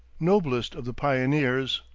noblest of the pioneers,